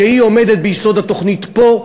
שעומדת ביסוד התוכנית פה,